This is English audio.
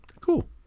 cool